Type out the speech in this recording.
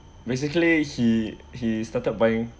basically he he started buying